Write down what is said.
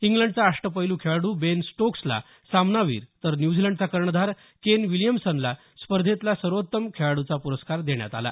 इग्लंडचा अष्टपैलू खेळाडू बेन स्टोक्सला सामनावीर तर न्यूझीलंडचा कर्णधार केन विल्यिमसनला स्पर्धेतला सर्वोत्तम खेळाडूचा प्रस्कार देण्यात आला